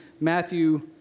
Matthew